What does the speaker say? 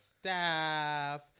staff